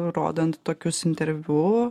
rodant tokius interviu